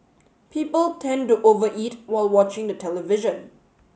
people tend to over eat while watching the television